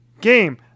game